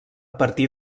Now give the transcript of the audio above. partir